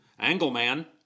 Angleman